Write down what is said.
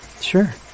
Sure